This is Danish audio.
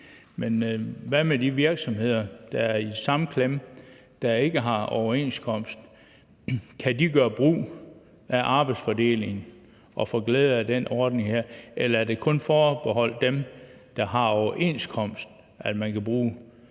men hvad med de virksomheder, der er i samme klemme, der ikke har overenskomst? Kan de gøre brug af arbejdsfordeling og få glæde af den ordning her, eller er det kun forbeholdt dem, der har overenskomst, at bruge